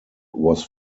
was